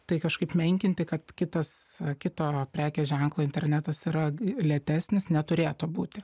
tai kažkaip menkinti kad kitas kito prekės ženklo internetas yra lėtesnis neturėtų būti